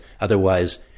otherwise